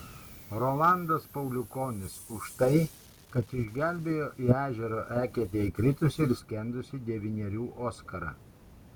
rolandas pauliukonis už tai kad išgelbėjo į ežero eketę įkritusį ir skendusį devynerių oskarą